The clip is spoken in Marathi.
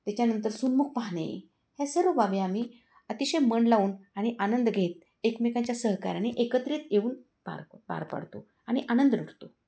त्याच्यानंतर सुन्मुख पाहणे ह्या सर्व बाबी आम्ही अतिशय मन लावून आणि आनंद घेत एकमेकांच्या सहकाराने एकत्रित येऊन पार पार पाडतो आणि आनंद लुटतो